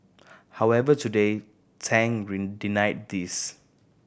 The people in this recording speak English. however today Tang denied these